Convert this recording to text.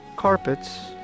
Carpets